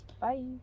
bye